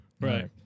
Right